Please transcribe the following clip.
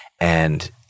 And-